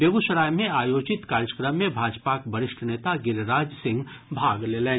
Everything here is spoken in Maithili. बेगूसराय मे आयोजित कार्यक्रम मे भाजपाक वरिष्ठ नेता गिरिराज सिंह भाग लेलनि